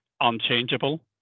unchangeable